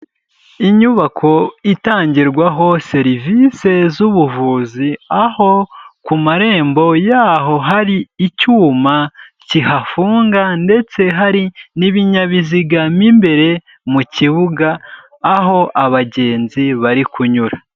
Inyubako itangirwaho serivise zbuvuzi aho ku marembo yaho hari icyuma kihafunga ndetse hari n'ibinyabiziga mo imbere mu kibuga aho abagenzi bari kunyura.